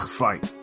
fight